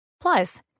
Plus